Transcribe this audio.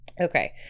Okay